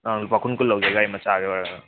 ꯑꯥ ꯂꯨꯄꯥ ꯀꯨꯟ ꯀꯨꯟ ꯂꯧꯖꯩ ꯒꯥꯔꯤ ꯃꯆꯥꯒꯤ ꯑꯣꯏꯔꯒꯅ